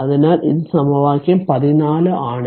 അതിനാൽ ഇത് സമവാക്യം 14 ആണ്